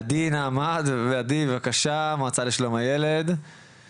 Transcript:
עדי נעמת מהמועצה לשלום הילד, בבקשה.